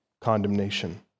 condemnation